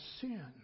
sin